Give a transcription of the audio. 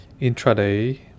intraday